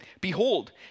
Behold